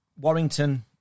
Warrington